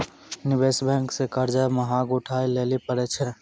निवेश बेंक से कर्जा महगा उठाय लेली परै छै